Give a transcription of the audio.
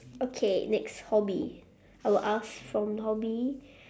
okay next hobby I'll ask from hobby